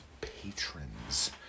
patrons